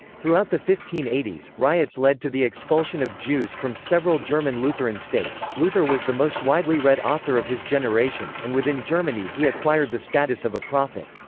throughout the fifteen eighty s, riots led to the expulsion of jews from several german lutheran states luther was the most widely read author of his generation, and within germany he acquired the status of a prophet.